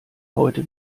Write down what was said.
heute